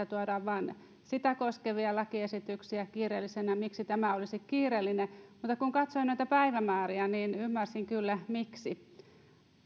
tuodaan vain sitä koskevia lakiesityksiä kiireellisenä niin miksi tämä olisi kiireellinen mutta kun katsoin noita päivämääriä niin ymmärsin kyllä miksi